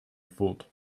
fooled